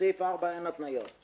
בסעיף 4 אין התניות.